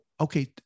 Okay